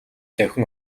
давхин